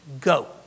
go